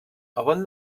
havent